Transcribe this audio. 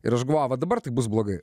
ir aš galvoju va dabar tai bus blogai